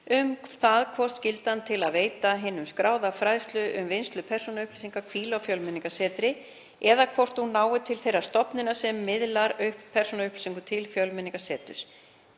um það hvort skyldan til að veita hinum skráða fræðslu um vinnslu persónuupplýsinga hvíli á Fjölmenningarsetri eða hvort hún nái til þeirrar stofnunar sem miðlar persónuupplýsingum til Fjölmenningarseturs.